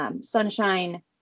sunshine